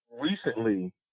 Recently